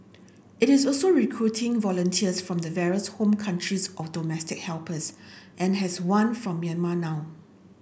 it is also recruiting volunteers from the various home countries of domestic helpers and has one from Myanmar now